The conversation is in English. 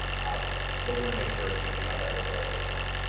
ah but we're gonna make sure we have that overall game plan.